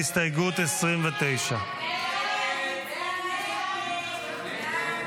הסתייגות 29. הסתייגות 29 לא נתקבלה.